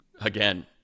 again